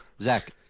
Zach